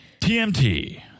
TMT